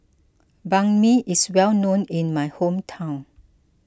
Banh Mi is well known in my hometown